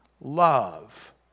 love